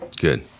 Good